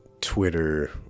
Twitter